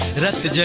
the that's the